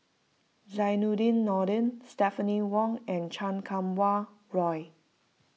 Zainudin Nordin Stephanie Wong and Chan Kum Wah Roy